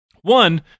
One